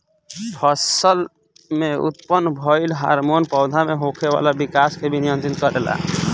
फसल में उत्पन्न भइल हार्मोन पौधा में होखे वाला विकाश के भी नियंत्रित करेला